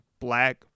black